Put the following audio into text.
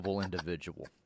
individual